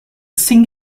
sink